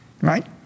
right